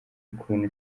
ukuntu